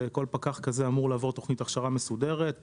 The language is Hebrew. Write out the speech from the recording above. כל פקח כזה אמור לעבור תוכנית הכשרה מסודרת,